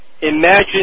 Imagine